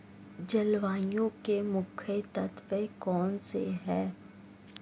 जलवायु के मुख्य तत्व कौनसे हैं?